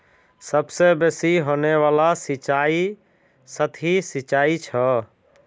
सबसे बेसि होने वाला सिंचाई सतही सिंचाई छ